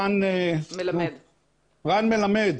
רן מלמד,